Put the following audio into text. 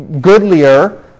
goodlier